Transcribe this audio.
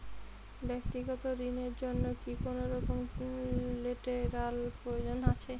ব্যাক্তিগত ঋণ র জন্য কি কোনরকম লেটেরাল প্রয়োজন আছে?